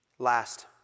Last